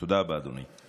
תודה רבה, אדוני.